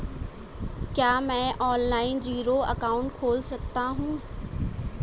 क्या मैं online zero account खोल सकता हूँ?